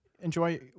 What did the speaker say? Enjoy